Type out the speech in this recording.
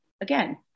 again